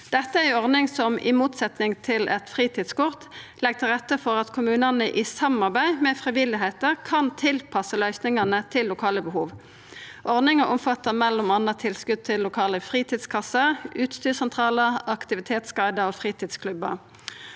Dette er ei ordning som i motsetning til eit fritidskort legg til rette for at kommunane i samarbeid med frivilligheita kan tilpassa løysingane til lokale behov. Ordninga omfattar m.a. tilskot til lokale fritidskasser, utstyrssentralar, aktivitetsguidar og fritidsklubbar.